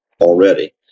already